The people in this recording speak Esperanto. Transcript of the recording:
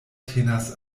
tenas